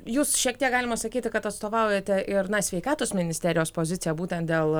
jūs šiek tiek galima sakyti kad atstovaujate ir na sveikatos ministerijos poziciją būtent dėl